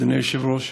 אדוני היושב-ראש,